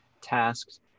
tasks